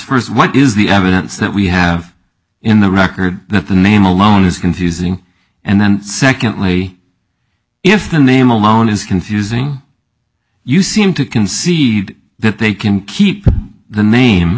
first what is the evidence that we have in the record that the name alone is confusing and then secondly if the name alone is confusing you seem to concede that they can keep the name